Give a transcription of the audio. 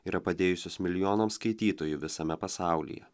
yra padėjusios milijonam skaitytojų visame pasaulyje